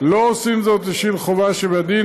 לא עושים זאת בשל חובה שבדין,